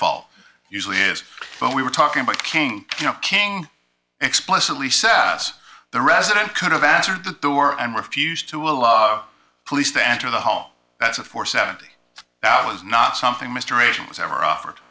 fault usually is when we were talking about kink you know king explicitly says the resident could have answered the door and refused to allow police to enter the home that's it for seventy two hours not something mr asian was ever offered